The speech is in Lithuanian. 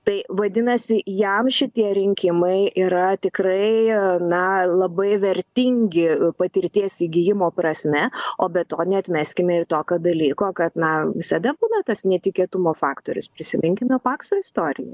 tai vadinasi jam šitie rinkimai yra tikrai na labai vertingi patirties įgijimo prasme o be to neatmeskime ir tokio dalyko kad na visada būna tas netikėtumo faktorius prisiminkime pakso istorijos